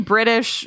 British